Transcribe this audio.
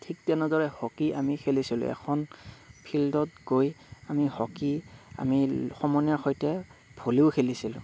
ঠিক তেনেদৰে হকী আমি খেলিছিলোঁ এখন ফিল্ডত গৈ আমি হকী আমি সমনীয়াৰ সৈতে ভলীও খেলিছিলোঁ